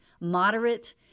moderate